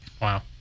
Wow